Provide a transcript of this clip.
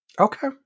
Okay